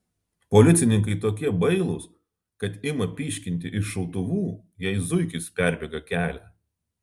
policininkai tokie bailūs kad ima pyškinti iš šautuvų jei zuikis perbėga kelią